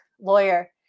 lawyer